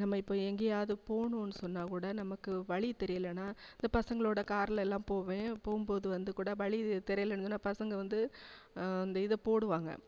நம்ம இப்போ எங்கேயாது போகணுன்னு சொன்னாக்கூட நமக்கு வழி தெரியலைன்னா இந்த பசங்களோடய கார்லல்லாம் போவேன் போகும்போது வந்துக்கூட வழி தெரியிலேன்னு சொன்னால் பசங்க வந்து அந்த இதை போடுவாங்க